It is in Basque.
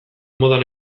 modan